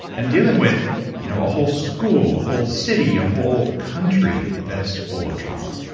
and dealing with you know a whole school, a whole city, a whole country that's full of trauma?